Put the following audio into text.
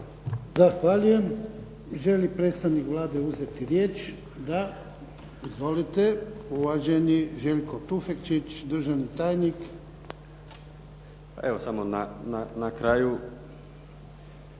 Zahvaljujem. Želi li predstavnik Vlade uzeti riječ? Da. Izvolite. Uvaženi Željko Tufekčić državni tajnik. **Tufekčić,